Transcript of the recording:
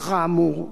נוכח האמור,